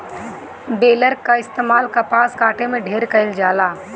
baler कअ इस्तेमाल कपास काटे में ढेर कइल जाला